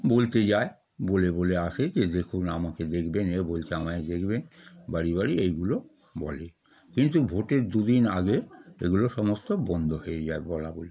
বলতে যায় বলে বলে আসে যে দেখুন আমাকে দেখবেন এ বলছে আমায় দেখবেন বাড়ি বাড়ি এইগুলো বলে কিন্তু ভোটের দুদিন আগে এগুলো সমস্ত বন্ধ হয়ে যায় বলাবলি